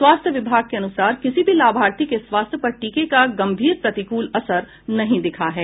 स्वास्थ्य विभाग के अनुसार किसी भी लाभार्थी के स्वास्थ्य पर टीके का गम्भीर प्रतिकूल असर नहीं दिखा है